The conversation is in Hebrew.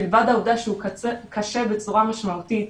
מלבד העובדה שהוא קשה בצורה משמעותית,